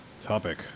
topic